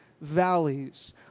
valleys